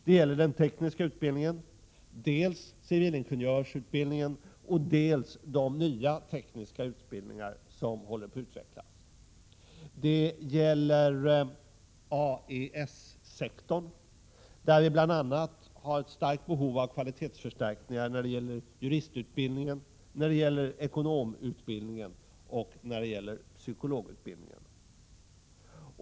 Det gäller den tekniska utbildningen, dels civilingenjörsutbildningen, dels de nya tekniska utbildningar som håller på att utvecklas. Det gäller vidare AES-sektorn, där det bl.a. finns ett starkt behov av kvalitetsförstärkningar när det gäller juristutbildningen, ekonomutbildningen och psykologutbildningen.